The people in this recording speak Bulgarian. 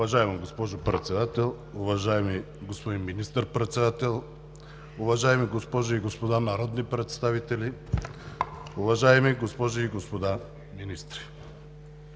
Уважаема госпожо Председател, уважаеми господин Министър-председател, уважаеми госпожи и господа народни представители, уважаеми госпожи и господа министри!